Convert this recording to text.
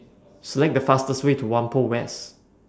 Select The fastest Way to Whampoa West